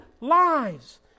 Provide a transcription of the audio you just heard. lives